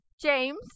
James